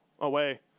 away